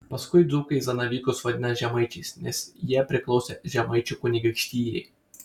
paskui dzūkai zanavykus vadina žemaičiais nes jie priklausė žemaičių kunigaikštijai